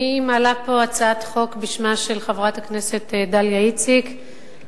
אני מעלה פה הצעת חוק בשמה של חברת הכנסת דליה איציק,